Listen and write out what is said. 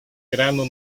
grano